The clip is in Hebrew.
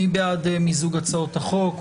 מי בעד מיזוג הצעות החוק?